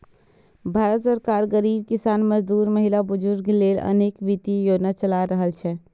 भारत सरकार गरीब, किसान, मजदूर, महिला, बुजुर्ग लेल अनेक वित्तीय योजना चला रहल छै